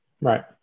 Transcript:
Right